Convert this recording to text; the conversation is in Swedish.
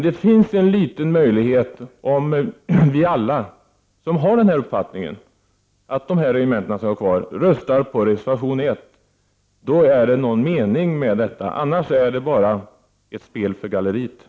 Det finns en liten möjlighet om vi alla som har uppfattningen att dessa regementen skall vara kvar, röstar på reservation nr 1. Då är det någon mening med det hela, annars är det bara ett spel för galleriet.